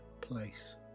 place